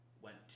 went